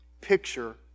picture